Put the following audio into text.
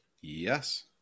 yes